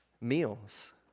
meals